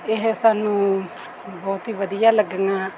ਇਹ ਸਾਨੂੰ ਬਹੁਤ ਹੀ ਵਧੀਆ ਲੱਗੀਆਂ